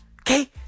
Okay